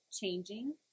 changing